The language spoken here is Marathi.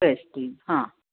प्रेस्टीज हां